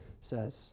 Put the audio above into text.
says